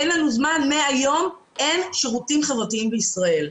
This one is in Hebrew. אין לנו זמן, מהיום אין שירותים חברתיים בישראל.